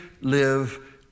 live